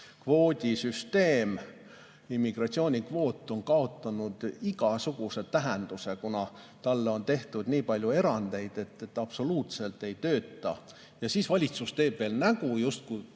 kvoodisüsteem, immigratsioonikvoot on kaotanud igasuguse tähenduse, kuna sellele on tehtud nii palju erandeid, et see absoluutselt ei tööta. Ja siis valitsus teeb veel näo, justkui